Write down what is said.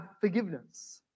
forgiveness